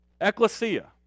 Ecclesia